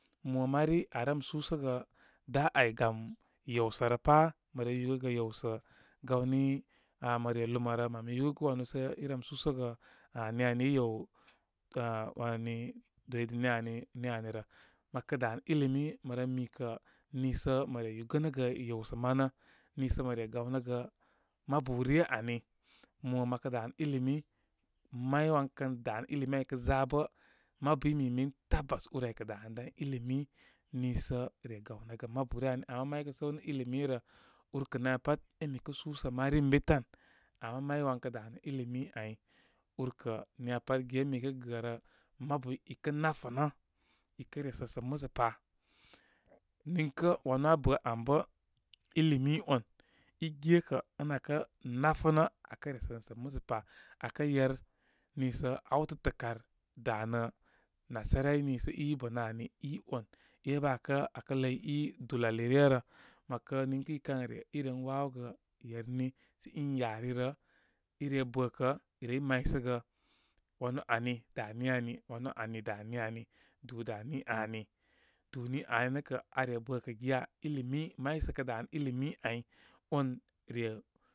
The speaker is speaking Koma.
Mo mari arem shusəgə da áy gam yewsə rə pá. Mə yugəgə yewsə, gawni áh mə re luma rə mə yugəgə wanu sə irem shusəgə an ni ani iyew pa wani dwide ni ani ni ani rə. Mə kə danə ilimi, mə ren mikə misə mə re yugə nəgə yewsə manə, nii sə mə re gaw nəgə mabu ryə ani. Mo məkə danə ilimi may wan kən dá nə ilimi áy kən za bə, mabu i mi min tabas úr áy kəy damədan ilimi. Nii sə re gawnəgə mabu ryə ana. Ama maykə səw nə ilimi rə, úr kə namya pat ən mi kə shusə mari ən bi tan. Ama may wan kə danə ilimi ay úr kə niya pat ga ən mi kə gərə, mabu ikə nafənə. ikə resə sə musəpa. Niŋkə wanu aa bə an lə ilinu on. Igekə ən aa nafənə akə resənə sə masa pa akə yer niisə antə kar danə. Nasarai nusə i bənə ani i one bə akə ləy i dul ali re rə mə ‘wakə niŋkə i kən re i ren wa wogə yerni in yari rə. Ire bəkə, rey may səgə, wanu ani dá ni ani wanu ani dá ni ani dú dá ni ani. Aú ni ani nə kə are bəkə giya ilimi may sə kə danə ilimi áy on re.